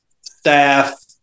staff